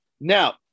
Now